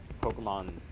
Pokemon